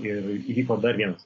ir įvyko dar vienas